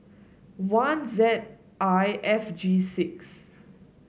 one Z I F G six